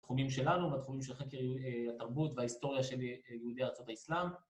בתחומים שלנו, בתחומים של חקר התרבות וההיסטוריה של ילידי ארצות האסלאם